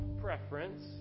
preference